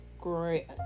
great